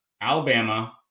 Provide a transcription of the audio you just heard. Alabama